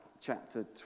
chapter